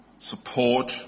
support